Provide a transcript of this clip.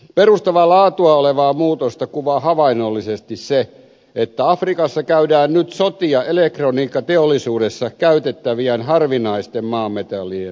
perustavaa laatua olevaa muutosta kuvaa havainnollisesti se että afrikassa käydään nyt sotia elektroniikkateollisuudessa käytettävien harvinaisten maametallien hyödyntämisoikeuksista